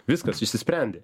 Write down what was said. viskas išsisprendė